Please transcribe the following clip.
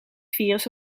virus